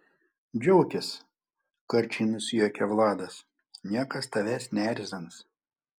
džiaukis karčiai nusijuokia vladas niekas tavęs neerzins